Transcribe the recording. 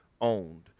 owned